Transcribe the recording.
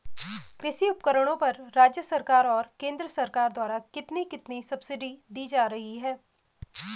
कृषि उपकरणों पर राज्य सरकार और केंद्र सरकार द्वारा कितनी कितनी सब्सिडी दी जा रही है?